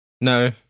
No